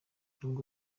nubwo